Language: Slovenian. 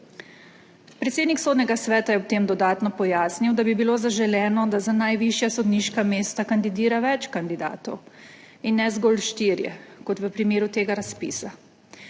Predsednik Sodnega sveta je ob tem dodatno pojasnil, da bi bilo zaželeno, da za najvišja sodniška mesta kandidira več kandidatov in ne zgolj štirje kot v primeru tega razpisa,